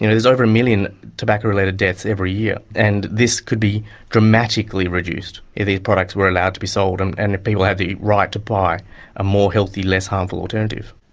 you know there's over a million tobacco related deaths every year, and this could be dramatically reduced if these products were allowed to be sold and and people had the right to buy a more healthy, less harmful alternative.